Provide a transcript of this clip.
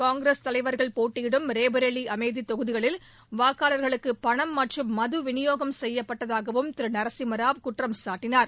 காங்கிரஸ் தலைவர்கள் போட்டியிடும் ரேபரேலி அமேதி தொகுதிகளில் வாக்காளர்களுக்கு பணம் மற்றும் மது விநியோகம் செய்யப்பட்டதாகவும் திரு நரசிம்மராவ் குற்றம்சாட்டினார்